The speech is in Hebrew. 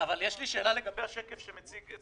אבל יש לי שאלה לגבי השקף שהציג.